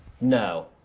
no